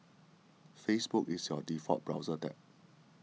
Facebook is your default browser tab